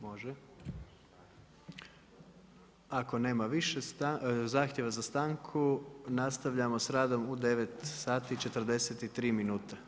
Može, ako nema više zahtjeva za stanku, nastavljamo s radom u 9,43 minute.